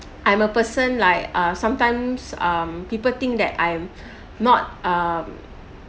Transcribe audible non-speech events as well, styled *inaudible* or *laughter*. I'm a person like uh sometimes um people think that I'm *breath* not um